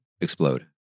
explode